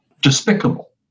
despicable